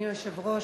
אדוני היושב-ראש,